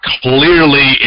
clearly